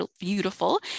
beautiful